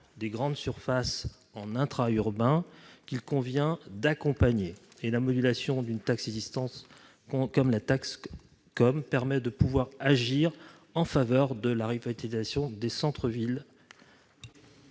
des grandes surfaces en intra-urbain, qu'il convient d'accompagner. La modulation d'une taxe existante comme la Tascom permettrait d'agir en faveur de la revitalisation des centres-villes.